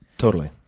totally.